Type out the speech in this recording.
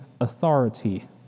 authority